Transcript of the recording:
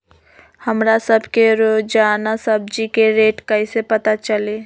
हमरा सब के रोजान सब्जी के रेट कईसे पता चली?